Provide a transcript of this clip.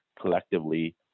collectively